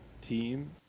team